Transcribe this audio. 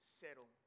settle